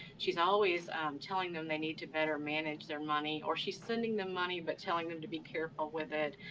she's always um telling them they need to better manage their money, or she's sending them money, but telling them to be careful with it.